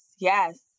Yes